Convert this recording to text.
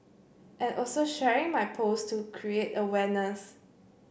and also sharing my post to create awareness